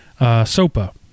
SOPA